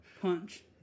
punch